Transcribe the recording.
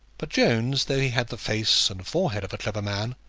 but jones, though he had the face and forehead of a clever man,